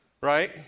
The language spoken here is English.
right